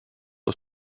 aus